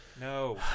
No